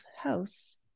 house